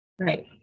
Right